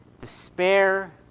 despair